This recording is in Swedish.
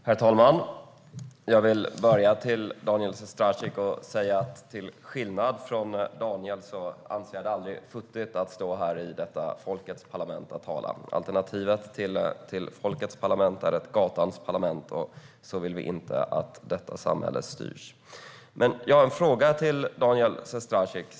Herr talman! Jag vill börja med att säga till Daniel Sestrajcic att jag till skillnad från honom aldrig anser det futtigt att stå i detta folkets parlament och tala. Alternativet till folkets parlament är ett gatans parlament, och så vill vi inte att detta samhälle styrs. Jag har en fråga till Daniel Sestrajcic.